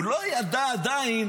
הוא לא ידע עדיין